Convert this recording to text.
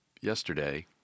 yesterday